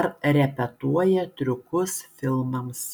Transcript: ar repetuoja triukus filmams